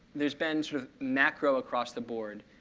there's been sort of macro, across the board,